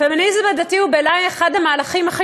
הפמיניזם הדתי הוא בעיני אחד המהלכים הכי